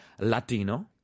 Latino